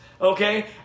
okay